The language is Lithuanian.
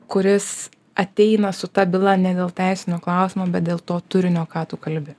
kuris ateina su ta byla ne dėl teisinio klausimo bet dėl to turinio ką tu kalbi